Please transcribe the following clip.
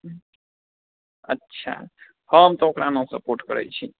अच्छा हम तऽ ओकरा नहि सपोर्ट करै छी